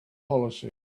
policy